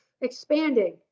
expanding